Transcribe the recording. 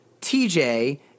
tj